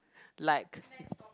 like